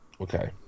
Okay